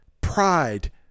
Pride